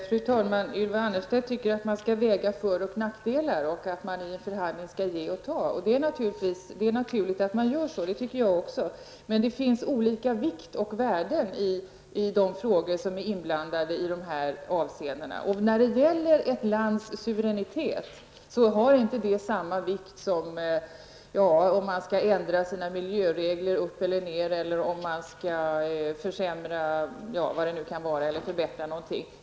Fru talman! Ylva Annerstedt tycker att man skall väga för och nackdelar mot varandra och att man i en förhandling skall ge och ta. Det är naturligt att man gör så, det tycker jag också. Men det finns olika vikt och värden i de frågor som är inblandade i dessa avseenden. Och frågan om ett lands suveränitet har inte samma vikt som t.ex. frågan om man skall ändra ett lands miljöregler på något sätt eller om man skall försämra eller förbättra något annat.